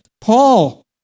Paul